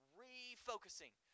refocusing